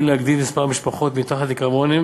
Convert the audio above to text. להגדיל את מספר המשפחות מתחת לקו העוני,